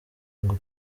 ngo